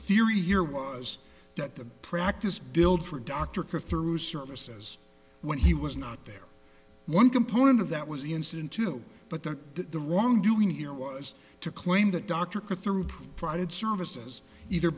theory here was that the practice billed for dr chris through services when he was not there one component of that was incident two but that the wrongdoing here was to claim that dr cut through private services either